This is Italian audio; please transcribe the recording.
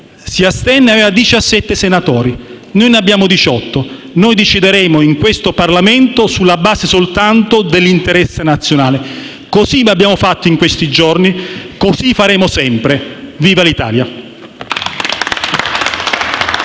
si astenne; noi ne abbiamo 18 e decideremo in questo Parlamento sulla base soltanto dell'interesse nazionale. Così abbiamo fatto in questi giorni, così faremo sempre. Viva l'Italia!